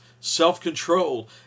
self-control